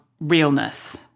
realness